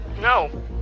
No